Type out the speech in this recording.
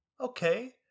Okay